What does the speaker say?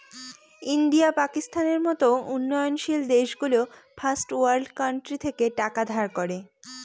India, পাকিস্তানের মত উন্নয়নশীল দেশগুলো ফার্স্ট ওয়ার্ল্ড কান্ট্রি থেকে টাকা ধার করে